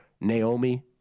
Naomi